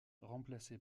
remplacée